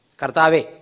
kartave